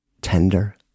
tender